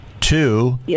Two